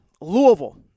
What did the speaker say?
Louisville